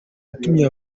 yatumye